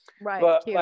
Right